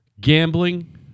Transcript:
gambling